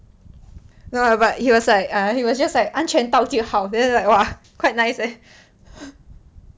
no lah but he was like err he was just like 安全到就好 then like !wah! quite nice leh